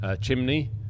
chimney